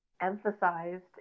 emphasized